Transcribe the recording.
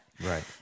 Right